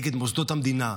נגד מוסדות המדינה,